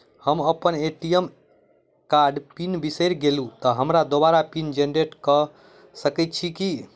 हम अप्पन ए.टी.एम कार्डक पिन बिसैर गेलियै तऽ हमरा दोबारा पिन जेनरेट कऽ सकैत छी की?